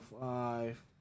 five